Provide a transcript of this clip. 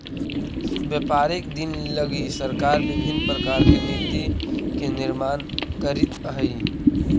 व्यापारिक दिन लगी सरकार विभिन्न प्रकार के नीति के निर्माण करीत हई